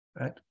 Right